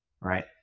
right